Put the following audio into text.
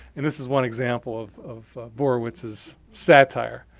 and this is one example of of borowitz's satire.